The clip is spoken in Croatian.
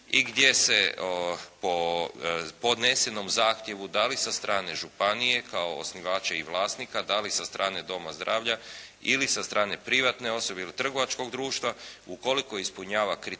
i gdje se po podnesenom zahtjevu da li sa strane županije kao osnivača i vlasnika, da li sa strane doma zdravlja ili sa strane privatne osobe ili trgovačkog društva, ukoliko ispunjava kriterije